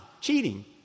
cheating